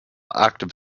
active